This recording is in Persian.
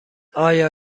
آیا